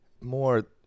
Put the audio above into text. more